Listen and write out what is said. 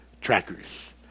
trackers